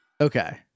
Okay